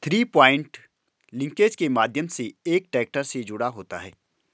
three point linkage के माध्यम से एक ट्रैक्टर से जुड़ा होता है